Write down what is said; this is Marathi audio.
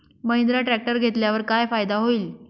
महिंद्रा ट्रॅक्टर घेतल्यावर काय फायदा होईल?